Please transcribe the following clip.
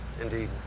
Indeed